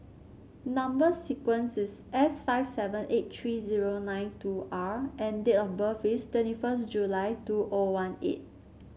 number sequence is S five seven eight three zero nine two R and date of birth is twenty first July two O one eight